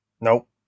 Nope